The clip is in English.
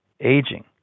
aging